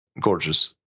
gorgeous